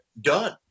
done